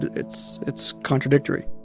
it's it's contradictory